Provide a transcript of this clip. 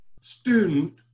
student